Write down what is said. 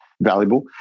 valuable